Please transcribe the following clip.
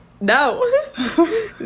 no